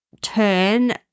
turn